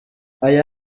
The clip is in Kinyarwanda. aya